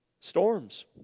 Storms